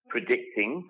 predicting